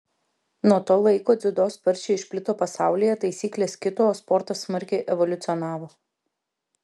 nuo to laiko dziudo sparčiai išplito pasaulyje taisyklės kito o sportas smarkiai evoliucionavo